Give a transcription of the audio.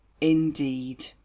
Indeed